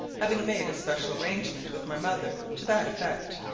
having made a special arrangement with my mother to that effect,